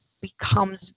becomes